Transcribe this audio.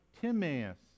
Timaeus